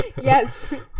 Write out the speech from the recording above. Yes